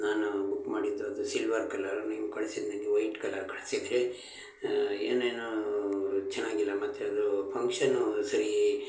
ನಾನು ಬುಕ್ ಮಾಡಿದ್ದು ಅದು ಸಿಲ್ವರ್ ಕಲರು ನೀವು ಕಳ್ಸಿದ್ದು ನನಗೆ ವೈಟ್ ಕಲರ್ ಕಳ್ಸಿದಿರಿ ಏನೇನೂ ಚೆನ್ನಾಗಿಲ್ಲ ಮತ್ತು ಅದು ಫಂಕ್ಷನೂ ಸರಿ